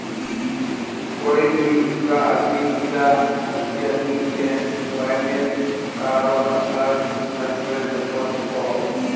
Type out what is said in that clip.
कोए भी दुसरा आदमीक इरा अख्तियार नी छे व्हेन कहारों खातार जानकारी दाखवा सकोह